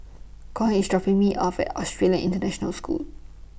Coy IS dropping Me off At Australian International School